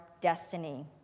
destiny